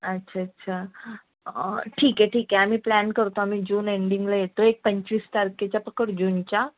अच्छा अच्छा ठीक आहे ठीक आहे आम्ही प्लान करतो आम्ही जून एंडिंगला येतो एक पंचवीस तारखेच्या पकड जूनच्या